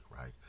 right